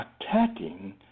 attacking